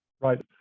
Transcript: Right